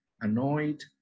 annoyed